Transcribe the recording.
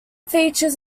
features